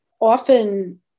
Often